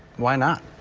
why not.